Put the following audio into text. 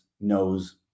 knows